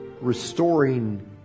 restoring